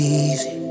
easy